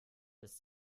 ist